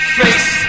face